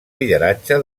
lideratge